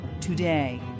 today